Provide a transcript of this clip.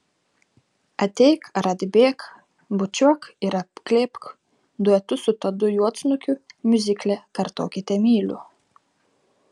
ateik ar atbėk bučiuok ir apglėbk duetu su tadu juodsnukiu miuzikle kartokite myliu